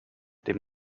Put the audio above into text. dem